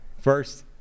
First